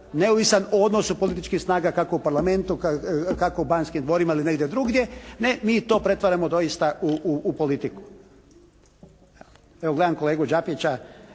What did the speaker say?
neovisan o odnosu političkih snaga kako u Parlamentu, kako u Banskim dvorima ili negdje drugdje, ne, mi to pretvaramo doista u politiku. Evo gledam kolegu Đapića,